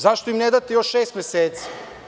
Zašto im ne date još šest meseci?